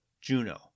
Juno